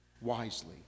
wisely